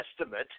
estimate